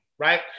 right